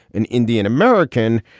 an indian-american,